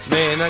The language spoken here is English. Man